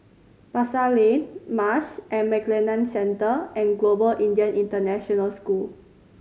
Pasar Lane Marsh and McLennan Centre and Global Indian International School